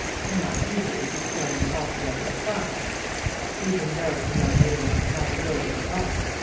cannot easily be thrown altogether aside even though a young lady have a will of her own.